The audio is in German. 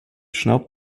schnaubt